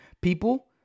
people